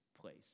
place